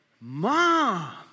mom